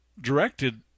directed